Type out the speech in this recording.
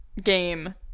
game